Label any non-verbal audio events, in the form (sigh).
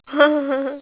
(laughs)